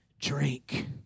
Drink